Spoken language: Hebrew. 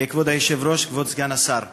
כבוד סגן השר,